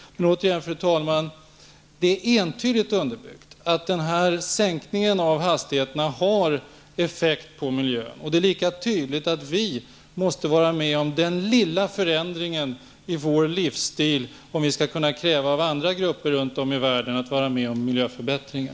Fru talman! Det är entydigt underbyggt att sänkningen av hastigheterna har effekt på miljön. Det är lika tydligt att vi måste gå med på den lilla förändringen i vår livsstil, om vi skall kunna kräva av andra grupper runt om i världen att medverka till miljöförbättringar.